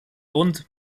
und